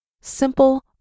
Simple